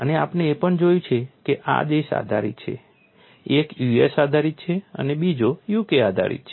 અને આપણે એ પણ જોયું છે કે આ દેશ આધારિત છે એક US આધારિત છે અને બીજો UK આધારિત છે